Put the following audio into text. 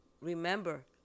remember